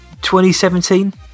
2017